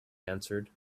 answered